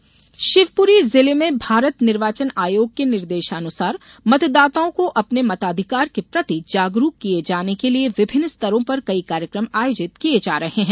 मताधिकार जागरूकता शिवपुरी जिले में भारत निर्वाचन आयोग के निर्देशानुसार मतदाताओं को अपने मताधिकार के प्रति जागरूक किये जाने के लिये विभिन्न स्तरों पर कई कार्यकम आयोजित किये जा रहे है